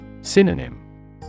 Synonym